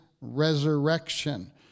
resurrection